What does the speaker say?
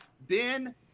Ben